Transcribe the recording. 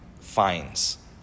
fines